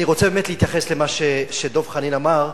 אני רוצה באמת להתייחס למה שדב חנין אמר,